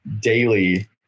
daily